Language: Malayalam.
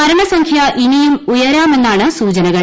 മരണസംഖ്യ ഇനിയും ഉയരാമെന്നാണ് സൂചനകൾ